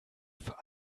für